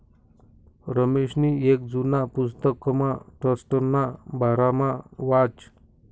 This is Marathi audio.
रमेशनी येक जुना पुस्तकमा ट्रस्टना बारामा वाचं